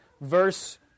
verse